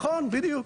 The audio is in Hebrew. נכון, בדיוק.